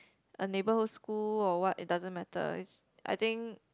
a neighborhood school or what it doesn't matter is I think